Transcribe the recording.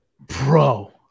bro